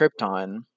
Krypton